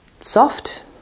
soft